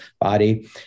body